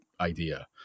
idea